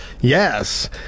Yes